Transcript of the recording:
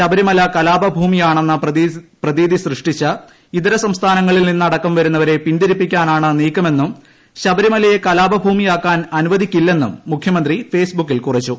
ശബരിമല കലാപഭൂമിയാണെന്ന പ്രതീതി സൃഷ്ടിച്ച് ഇതര സംസ്ഥാനങ്ങളിൽ നിന്നടക്കം വരുന്നവരെ പിന്തിരിപ്പിക്കാനാണ് നീക്കമെന്നും ശബരിമലയെ കലാപഭൂമിയാക്കാൻ അനുവദിക്കില്ലെന്നും മുഖ്യമന്ത്രി ഫെയ്സ് ബുക്കിൽ കുറിച്ചു